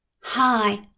Hi